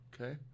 Okay